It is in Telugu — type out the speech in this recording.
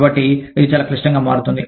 కాబట్టి అది చాలా క్లిష్టంగా మారుతుంది